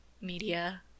media